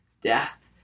Death